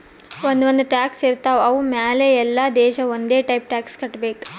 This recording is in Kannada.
ಒಂದ್ ಒಂದ್ ಟ್ಯಾಕ್ಸ್ ಇರ್ತಾವ್ ಅವು ಮ್ಯಾಲ ಎಲ್ಲಾ ದೇಶ ಒಂದೆ ಟೈಪ್ ಟ್ಯಾಕ್ಸ್ ಕಟ್ಟಬೇಕ್